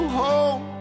home